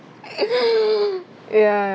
ya